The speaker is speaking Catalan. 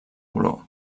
color